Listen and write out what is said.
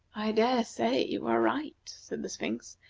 i dare say you are right, said the sphinx,